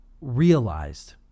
realized